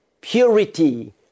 purity